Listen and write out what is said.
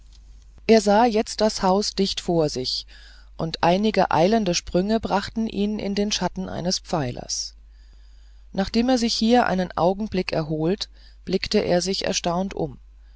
er sah jetzt das haus dicht vor sich und einige eilende sprünge brachten ihn in den schatten eines pfeilers nachdem er sich hier einen augenblick erholt blickte er sich erstaunt um